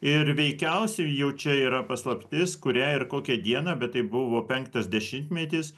ir veikiausiai jau čia yra paslaptis kurią ir kokią dieną bet tai buvo penktas dešimtmetis